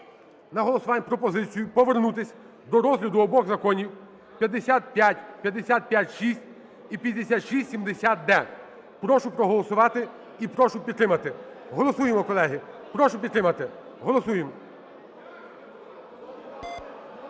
на голосування пропозицію повернутись до розгляду обох законів – 5556 і 5670-д. Прошу проголосувати і прошу підтримати. Голосуємо, колеги, прошу підтримати. Голосуємо.